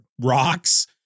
rocks